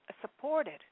supported